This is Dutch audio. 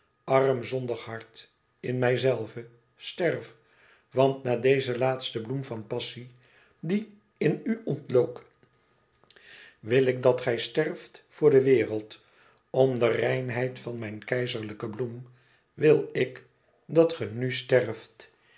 arm zondig hart in mijzelve sterf want na deze laatste bloem van passie die in u ontlook wil ik dat ge sterft voor de wereld om de reinheid van mijn keizerlijke bloem wil ik dat ge nu sterft